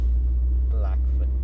Blackfoot